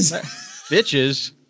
Bitches